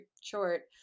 short